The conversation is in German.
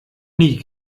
nie